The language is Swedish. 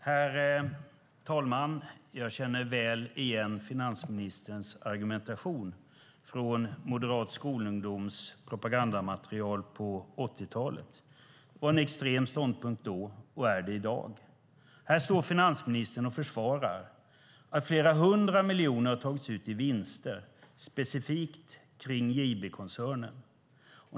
Herr talman! Jag känner väl igen finansministerns argumentation från moderat skolungdoms propagandamaterial på 80-talet. Det var en extrem ståndpunkt då och är det i dag. Här står finansministern och försvarar att flera hundra miljoner har tagits ut i vinster specifikt kring JB-koncernen.